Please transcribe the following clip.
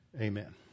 amen